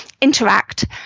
interact